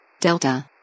Delta